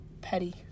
petty